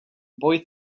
boy